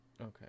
Okay